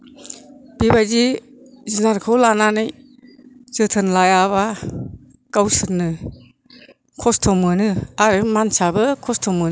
बेबादि जुनारखौ लानानै जोथोन लायाबा गावसोरनो खस्थ' मोनो आरो मानसियाबो खस्थ' मोनगोन